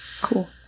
Cool